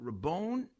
Rabone